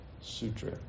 Sutra